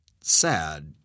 sad